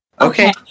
Okay